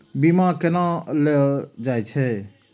बीमा केना ले जाए छे?